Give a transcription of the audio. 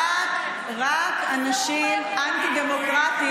אל תתרגלו לכיסא,